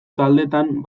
taldetan